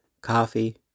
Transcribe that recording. coffee